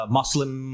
muslim